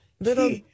little